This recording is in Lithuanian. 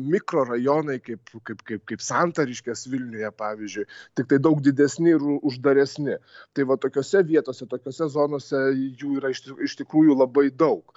mikrorajonai kaip kaip kaip kaip santariškės vilniuje pavyzdžiui tiktai daug didesni ir uždaresni tai va tokiose vietose tokiose zonose jų yra iš tikrųjų labai daug